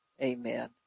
Amen